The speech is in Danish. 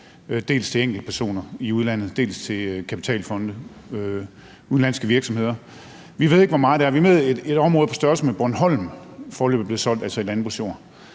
dels til enkeltpersoner i udlandet, dels til kapitalfonde og udenlandske virksomheder. Vi ved ikke, hvor meget det er. Vi ved, at et område på størrelse med Bornholm foreløbig er blevet solgt som landbrugsjord.